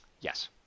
Yes